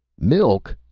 milk,